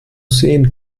sehen